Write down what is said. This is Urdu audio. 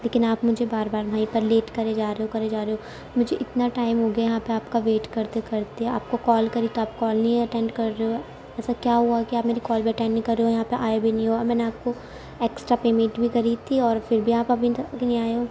لیکن آپ مجھے بار بار وہیں پر لیٹ کرے جا رہے ہو کرے جا رہے ہو مجھے اتنا ٹائم ہو گیا یہاں پہ آپ کا ویٹ کرتے کرتے آپ کو کال کری تو آپ کال نہیں اٹینڈ کر رہے ہو ایسا کیا ہوا کہ آپ میری کال بھی اٹینڈ نہیں کر رہے ہو یہاں پہ آئے بھی نہیں ہو اور میں نے آپ کو ایکسٹرا پیمینٹ بھی کری تھی اور پھر بھی آپ ابھی تک نہیں آئے ہو